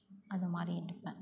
அதுமாதிரி எடுப்பேன்